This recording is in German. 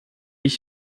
ich